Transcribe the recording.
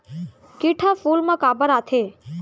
किट ह फूल मा काबर आथे?